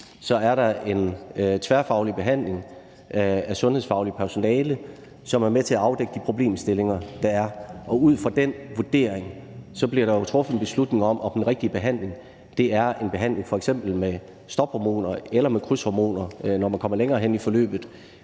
er der en tværfaglig behandling af sundhedsfagligt personale, som er med til at afdække de problemstillinger, der er, og ud fra den vurdering bliver der jo truffet en beslutning om, om den rigtige behandling er en behandling f.eks. med stophormoner eller med krydshormoner, når man kommer længere hen i forløbet.